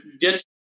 Get